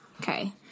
Okay